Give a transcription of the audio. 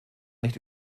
nicht